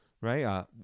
right